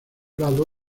lado